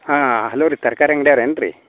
ಹಾಂ ಹಲೋ ರೀ ತರ್ಕಾರಿ ಅಂಗಡಿಯವ್ರು ಏನು ರೀ